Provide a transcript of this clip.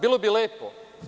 Bilo bi lepo.